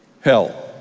hell